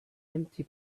empty